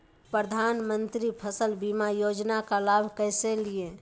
प्रधानमंत्री फसल बीमा योजना का लाभ कैसे लिये?